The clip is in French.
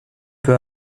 peu